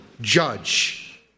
judge